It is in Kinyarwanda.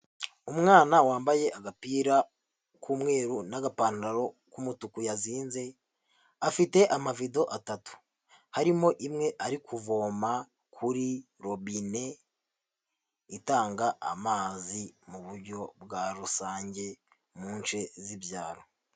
Umwana wambaye agapira k'umweru n'agapantaro k'umutuku yazinze, afite amavido atatu, harimo imwe ari kuvoma kuri robine itanga amazi mu buryo bwa rusange, mu nshe z'ibyaro.